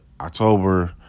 October